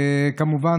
כמובן,